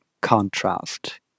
contrast